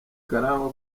karangwa